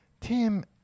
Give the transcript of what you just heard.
Tim